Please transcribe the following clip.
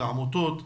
לעמותות.